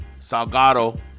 Salgado